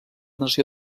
nació